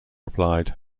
applied